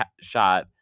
shot